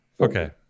Okay